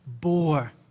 bore